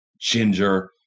ginger